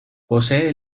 posee